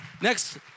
Next